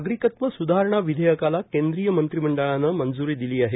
नागरिकत्व सुधारणा विधेयकाला केंद्रीय मंत्रिमंडळानं मंज्री दिली आहे